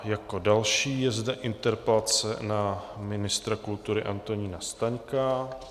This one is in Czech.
Jako další je zde interpelace na ministra kultury Antonína Staňka.